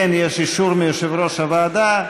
כן, יש אישור מיושב-ראש הוועדה.